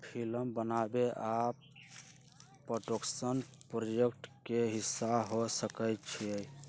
film बनाबे आ production project के हिस्सा हो सकइ छइ